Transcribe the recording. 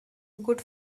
good